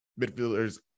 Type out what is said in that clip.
midfielders